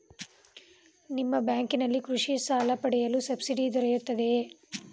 ನಿಮ್ಮ ಬ್ಯಾಂಕಿನಲ್ಲಿ ಕೃಷಿ ಸಾಲ ಪಡೆಯಲು ಸಬ್ಸಿಡಿ ದೊರೆಯುತ್ತದೆಯೇ?